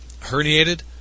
herniated